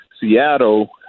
Seattle